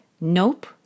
Nope